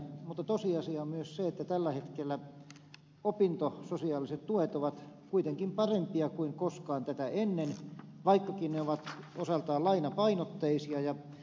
mutta tosiasia on myös se että tällä hetkellä opintososiaaliset tuet ovat kuitenkin parempia kuin koskaan tätä ennen vaikkakin ne ovat osaltaan lainapainotteisia